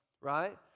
right